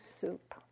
soup